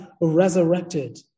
resurrected